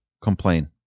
complain